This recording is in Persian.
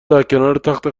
درکنارتخت